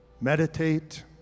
meditate